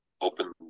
open